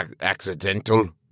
accidental